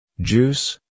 juice